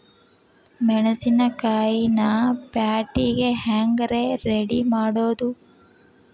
ಮೆಣಸಿನಕಾಯಿನ ಪ್ಯಾಟಿಗೆ ಹ್ಯಾಂಗ್ ರೇ ರೆಡಿಮಾಡೋದು?